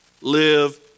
live